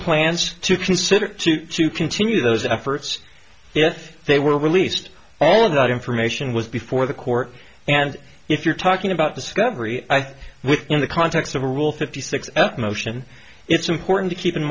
plans to consider to continue those efforts if they were released all of that information was before the court and if you're talking about discovery i think within the context of a rule fifty six f motion it's important to keep in